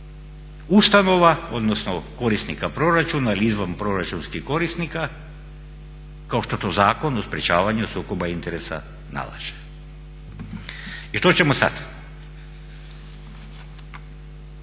ustanova, odnosno korisnika proračuna ili izvan proračunskih korisnika kao što to Zakon o sprječavanju sukoba interesa nalaže. I što ćemo sad?